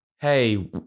hey